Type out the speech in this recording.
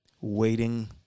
waiting